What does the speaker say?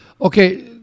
Okay